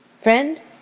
Friend